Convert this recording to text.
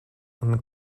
and